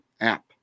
app